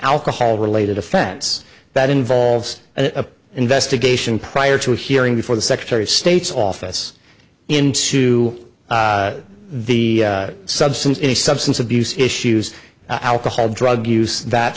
alcohol related offense that involves an investigation prior to a hearing before the secretary of state's office into the substance any substance abuse issues alcohol drug use that